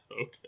Okay